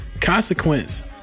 Consequence